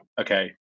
okay